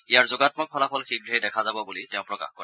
ইয়াৰ যোগামক ফলাফল শীঘেই দেখা যাব বুলি তেওঁ প্ৰকাশ কৰে